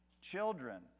children